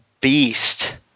beast